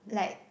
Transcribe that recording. like